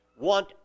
want